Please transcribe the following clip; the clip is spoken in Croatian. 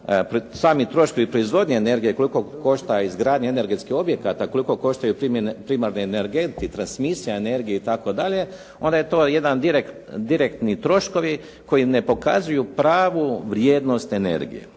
sami troškovi proizvodnje energije, koliko košta izgradnja energetskih objekata, koliko koštaju primarni energenti, transmisija energije itd., onda su to direktni troškovi koji ne pokazuju pravu vrijednost energije.